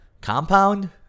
compound